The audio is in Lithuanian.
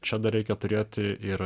čia dar reikia turėti ir